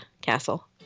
castle